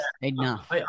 enough